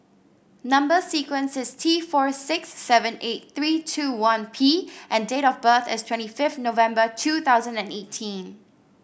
number sequence is T four six seven eight three two one P and date of birth is twenty fifth November two thousand and eighteen